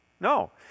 no